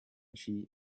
she